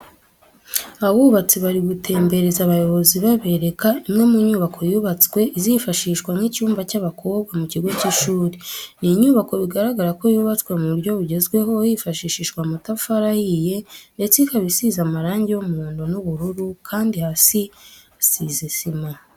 Abubatsi bari gutembereza abayobozi babereka imwe mu nyubako yubatswe izifashishwa nk'icyumba cy'abakobwa mu kigo cy'ishuri, ni inyubako bigaragara ko yubatswe mu buryo bugezweho hifashishijwe amatafari ahiye ndetse ikaba isize amarange y'umuhondo n'ubururu kandi hasi hasize sima.